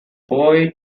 boy